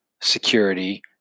security